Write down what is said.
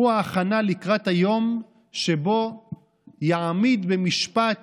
הוא ההכנה לקראת היום שבו "יעמיד במשפט